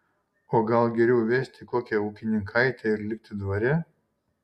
o gal geriau vesti kokią ūkininkaitę ir likti dvare